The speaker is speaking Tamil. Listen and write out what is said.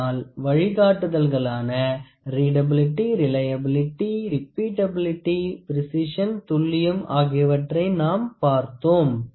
அதனால் வழிகாட்டுதல்களான ரீடபிலிடி ரிலியபிலிட்டி ரிப்பிட்டபிலிட்டி ப்ரெஸிஸன் துல்லியம் ஆகியவற்றை நாம் பார்த்தோம்